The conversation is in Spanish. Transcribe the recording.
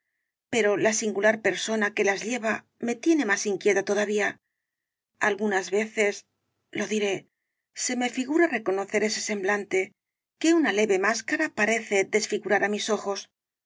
pero la singular persona que las lleva me tiene más inquieta todavía algunas veces lo diré se me figura reconocer ese semblante que una leve máscara parece desfigurar á mis ojos